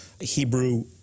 Hebrew